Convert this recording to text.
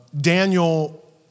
Daniel